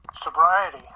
sobriety